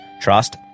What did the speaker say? trust